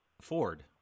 Ford